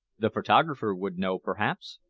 the photographer would know, perhaps?